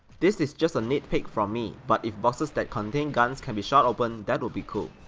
this is just a nitpick from me, but if boxes that contain guns can be shot open that would be cool.